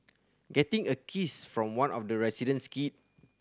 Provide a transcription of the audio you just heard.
getting a kiss from one of the resident's kid